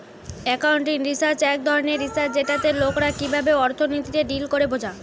accounting research এক ধরণের research যেটাতে লোকরা কিভাবে অর্থনীতিতে ডিল করে বোঝা